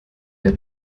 der